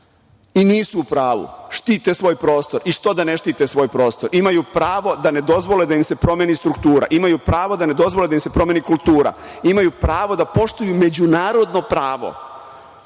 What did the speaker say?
I nisu u pravu. Štite svoj prostor. I što da ne štite svoj prostor? Imaju pravo da ne dozvole da im se promeni struktura. Imaju pravo da ne dozvole da im se promeni kultura. Imaju pravo da poštuju međunarodno pravo.